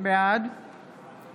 בעד